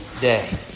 day